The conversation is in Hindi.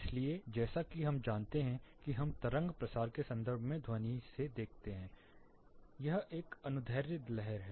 इसलिए जैसा कि हम जानते हैं कि हम तरंग प्रसार के संदर्भ में ध्वनि से देखते हैं यह एक अनुदैर्ध्य लहर है